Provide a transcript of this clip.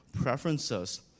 preferences